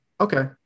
okay